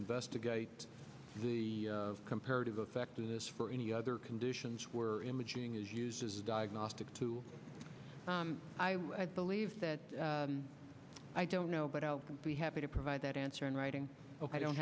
investigate the comparative effectiveness for any other conditions were imaging is used as a diagnostic tool i believe that i don't know but i'll be happy to provide that answer in writing i don't